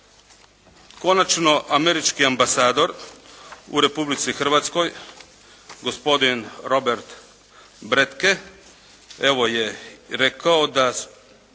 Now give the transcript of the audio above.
Konačno američki ambasador u Republici Hrvatskoj gospodin Robert Bretke, evo je rekao da